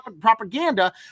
propaganda